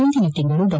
ಮುಂದಿನ ತಿಂಗಳು ಡಾ